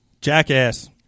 Jackass